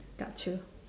got you